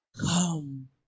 come